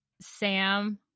Sam